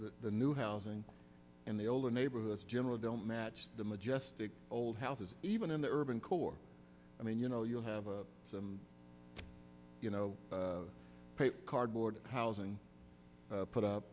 the new housing and the older neighborhoods generally don't match the majestic old houses even in the urban core i mean you know you have a some you know cardboard housing put up